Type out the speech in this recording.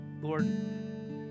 Lord